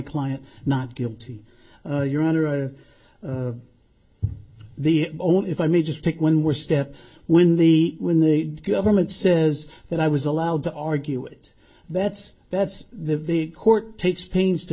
client not guilty your honor the only if i may just take one more step when the when the government says that i was allowed to argue it that's that's the the court takes pains to